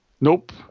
Nope